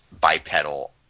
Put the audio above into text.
bipedal